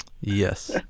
Yes